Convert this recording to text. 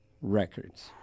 records